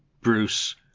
Bruce